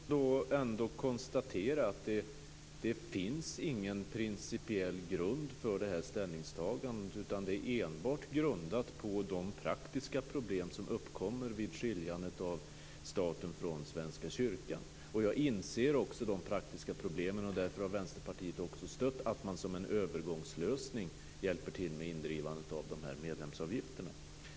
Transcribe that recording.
Fru talman! Då måste jag ändå konstatera att det inte finns någon principiell grund för det här ställningstagandet, utan det är enbart grundat på de praktiska problem som uppkommer vid skiljandet av staten från Svenska kyrkan. Jag inser också de praktiska problemen. Därför har Vänsterpartiet stött att man som en övergångslösning hjälper till med indrivandet av medlemsavgifterna.